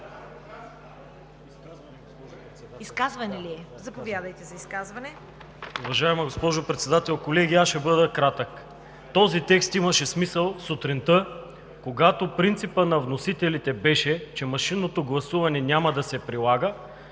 Милков. ПЕНЧО МИЛКОВ (БСП за България): Уважаема госпожо Председател, колеги! Аз ще бъда кратък. Този текст имаше смисъл сутринта, когато принципът на вносителите беше, че машинното гласуване няма да се прилага